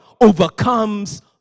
overcomes